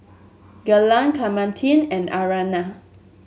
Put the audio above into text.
Glen Clementine and Aryana